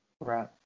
Right